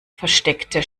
versteckte